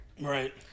Right